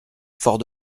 fort